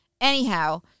Anyhow